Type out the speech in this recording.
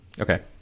okay